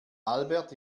albert